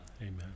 Amen